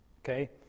Okay